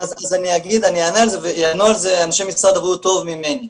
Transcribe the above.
אז אני אענה על זה ויענו על זה אנשי משרד הבריאות טוב ממני.